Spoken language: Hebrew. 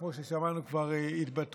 כמו שכבר שמענו התבטאויות,